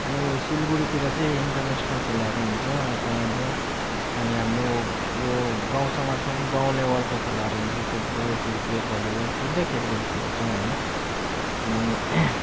अनि सिलगडीतिर चाहिँ इन्टरनेसनल खेलाहरू हुन्छ यताउँदो अनि हाम्रो यो गाउँ समाजमा पनि गाउँ लेभलको खेलाहरू हुन्छ क्रिकेट फुटबल भलिबल तिनवटै खेलहरू खेल्छौँ हामी अनि